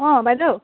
অঁ বাইদেউ